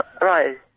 Right